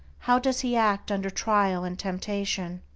how does he act under trial and temptation?